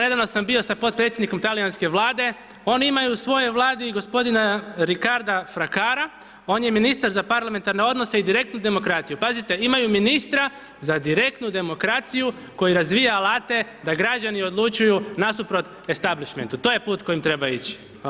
Nedavno sam bilo sa potpredsjednikom talijanske Vlade, oni imaju u svojoj Vladi g. Riccardo Fraccara, on je ministar za parlamentarne odnose i direktnu demokraciju, pazite, imaju ministra za direktnu demokraciju koji razvija alate da građani odlučuju nasuprot establishmentu, to je put kojim treba ići.